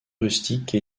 rustique